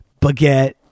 baguette